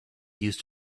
used